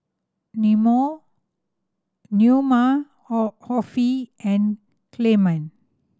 Neoma Offie and Clement